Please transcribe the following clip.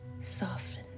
Soften